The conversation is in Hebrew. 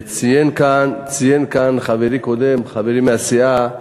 ציין כאן קודם חברי מהסיעה,